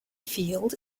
field